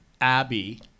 abby